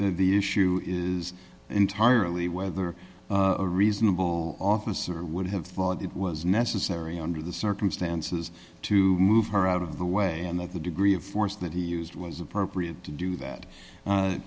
the issue is entirely whether a reasonable officer would have thought it was necessary under the circumstances to move her out of the way and that the degree of force that he used was appropriate to do that